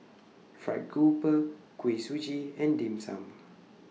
Fried Grouper Kuih Suji and Dim Sum